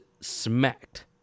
smacked